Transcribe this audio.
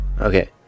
Okay